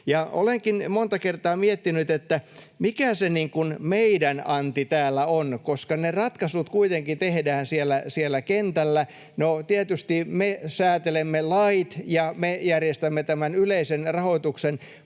Olenkin monta kertaa miettinyt, mikä se meidän anti täällä on, koska ne ratkaisut kuitenkin tehdään siellä kentällä. No, tietysti me säätelemme lait ja me järjestämme yleisen rahoituksen,